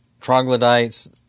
troglodytes